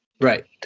Right